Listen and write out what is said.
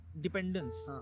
dependence